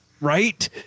Right